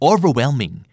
Overwhelming